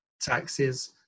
taxes